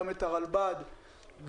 הרלב"ד,